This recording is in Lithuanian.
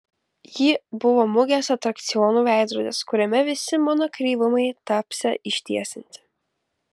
ji buvo mugės atrakcionų veidrodis kuriame visi mano kreivumai tapsią ištiesinti